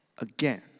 Again